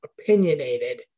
opinionated